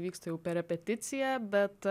vyksta jau per repeticiją bet